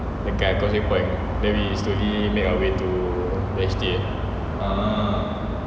dekat causeway point then we slowly make our way to the H_D ah